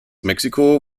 mexiko